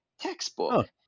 textbook